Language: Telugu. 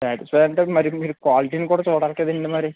సాటిస్ఫై అంటే మరి మీరు క్వాలిటీని కూడా చూడాలి కదండి మరి